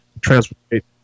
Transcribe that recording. transportation